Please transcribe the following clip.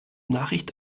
nachricht